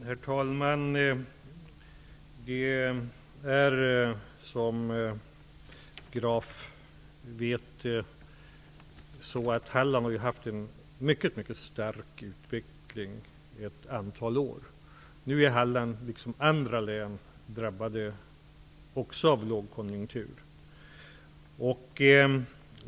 Herr talman! Carl Fredrik Graf vet att utvecklingen i Halland har varit mycket stark under ett antal år. Nu är Halland, liksom andra län, också drabbad av lågkonjunkturen.